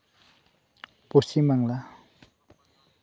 Paschim Bangla